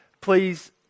please